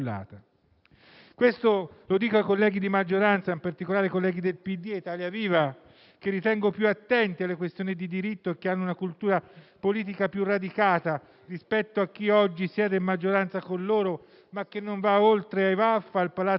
Questo lo dico ai colleghi di maggioranza, in particolare colleghi del PD e di Italia Viva, che ritengo più attenti alle questioni di diritto e che hanno una cultura politica più radicata rispetto a chi oggi siede in maggioranza con loro, ma che non va oltre ai «vaffa», al Palazzo da aprire